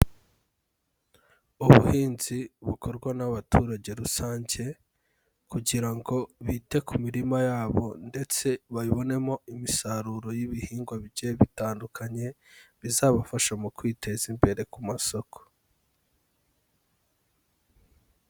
Ubuhinzi bukorwa n'abaturage rusange, kugira ngo bite ku mirima yabo ndetse bayibonemo imisaruro y'ibihingwa bigiye bitandukanye, bizabafasha mu kwiteza imbere ku masoko.